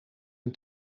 een